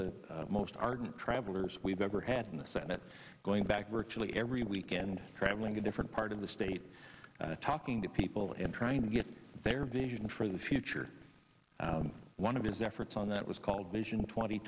the most ardent travelers we've ever had in the senate going back virtually every weekend traveling to different part of the state talking to people and trying to get their vision for the future one of his efforts on that was called vision twenty